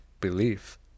belief